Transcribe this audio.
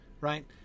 right